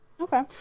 okay